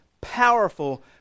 powerful